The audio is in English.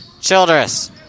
Childress